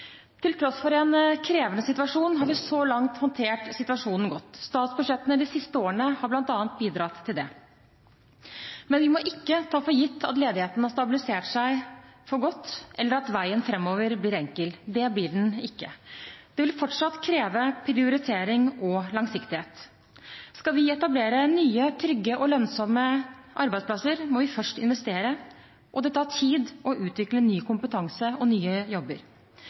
Til tross for en krevende situasjon har vi så langt håndtert situasjonen godt. Statsbudsjettene de siste årene har bl.a. bidratt til det. Men vi må ikke ta for gitt at ledigheten har stabilisert seg for godt, eller at veien framover blir enkel. Det blir den ikke. Det vil fortsatt kreve prioritering og langsiktighet. Skal vi etablere nye, trygge og lønnsomme arbeidsplasser, må vi først investere, og det tar tid å utvikle ny kompetanse og nye jobber.